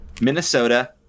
Minnesota